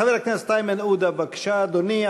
חבר הכנסת איימן עודה, בבקשה, אדוני.